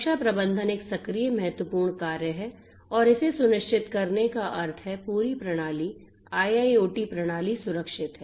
सुरक्षा प्रबंधन एक सक्रिय महत्वपूर्ण कार्य है और इसे सुनिश्चित करने का अर्थ है पूरी प्रणाली IIoT प्रणाली सुरक्षित है